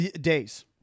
Days